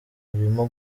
urimo